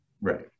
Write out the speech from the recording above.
Right